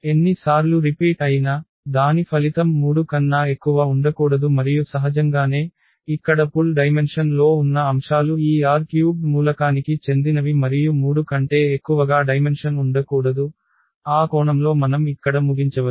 ఎన్ని సార్లు రిపీట్ అయిన దాని ఫలితం 3 కన్నా ఎక్కువ ఉండకూడదు మరియు సహజంగానే ఇక్కడ పుల్ డైమెన్షన్ లో ఉన్న అంశాలు ఈ R3 మూలకానికి చెందినవి మరియు 3 కంటే ఎక్కువగా డైమెన్షన్ ఉండకూడదు ఆ కోణంలో మనం ఇక్కడ ముగించవచ్చు